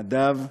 נדב,